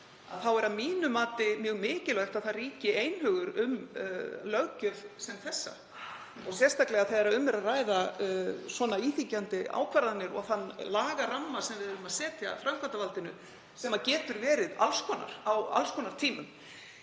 þá er að mínu mati mjög mikilvægt að einhugur ríki um löggjöf sem þessa og sérstaklega þegar um er að ræða svona íþyngjandi ákvarðanir og þann lagaramma sem við erum að setja framkvæmdarvaldinu, sem getur verið alls konar á alls konar tímum.